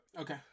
okay